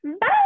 Bye